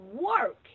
work